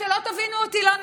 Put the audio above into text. שלא תבינו אותי לא נכון,